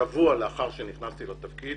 שבוע לאחר שנכנסתי לתפקיד